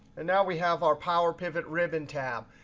and now we have our power pivot ribbon tab.